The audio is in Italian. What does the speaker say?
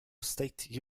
state